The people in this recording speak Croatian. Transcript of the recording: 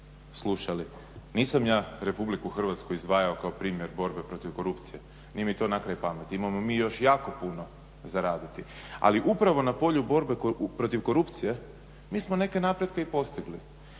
slušali. Nisam ja RH izdvajao kao primjer borbe protiv korupcije, nije mi to na kraj pameti. Imamo mi još jako puno za raditi. Ali upravo na polju borbe protiv korupcije mi smo neke napretke i postigli.